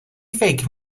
فکر